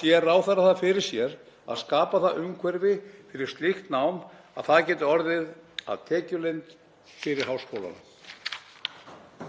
Sér ráðherra fyrir sér að skapa það umhverfi fyrir slíkt nám að það geti orðið að tekjulind fyrir háskólana?